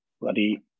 bloody